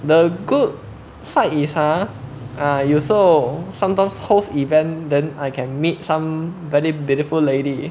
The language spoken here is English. the good side is ha err 有时候 sometimes hosts events then I can meet some very beautiful lady